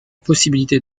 possibilité